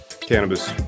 cannabis